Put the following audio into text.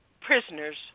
prisoners